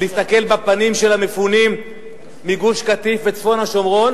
ולהסתכל בפנים של המפונים מגוש-קטיף וצפון השומרון